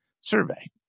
survey